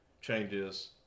changes